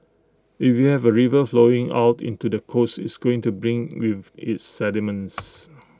if you have A river flowing out into the coast it's going to bring with is sediments